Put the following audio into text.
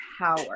power